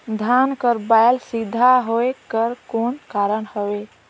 धान कर बायल सीधा होयक कर कौन कारण हवे?